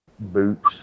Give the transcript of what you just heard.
Boots